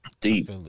Deep